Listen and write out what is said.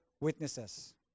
witnesses